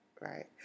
right